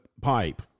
pipe